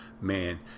man